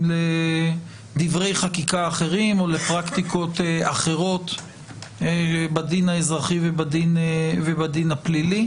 לדברי חקיקה אחרים או לפרקטיקות אחרות בדין האזרחי ובדין הפלילי.